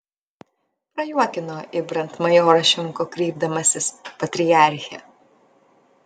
prajuokino į brandmajorą šimkų kreipdamasis patriarche